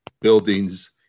buildings